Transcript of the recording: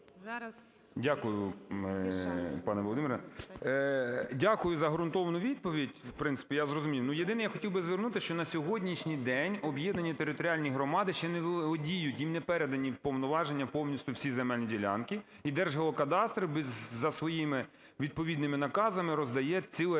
Дякую, пане Володимире. Дякую за ґрунтовну відповідь, в принципі, я зрозумів. Єдине, я хотів би звернути, що на сьогоднішній день об'єднані територіальні громади ще не володіють, їм не передані в повноваження повністю всі земельні ділянки, і Держгеокадастр за своїми відповідними наказами роздає цілий